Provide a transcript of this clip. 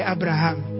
Abraham